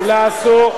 זה אסור.